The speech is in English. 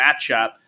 matchup